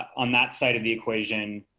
on that side of the equation,